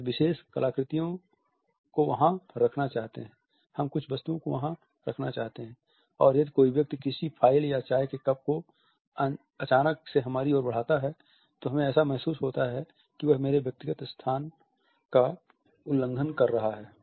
हम कुछ विशेष कलाकृतियों को वहां रखना चाहते हैं हम कुछ वस्तुओं को वहां रखना चाहते हैं और यदि कोई व्यक्ति किसी फाइल या चाय के कप को अचानक से हमारी ओर बढ़ाता है तो हमें ऐसा महसूस होता है की वह हमारे व्यक्तिगत स्पेस का उल्लंघन कर रहा हैं